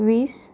वीस